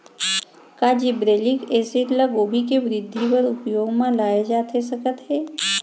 का gibberellic acid ल गोभी के वृद्धि बर उपयोग म लाये जाथे सकत हे?